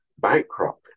bankrupt